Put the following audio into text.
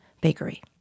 Bakery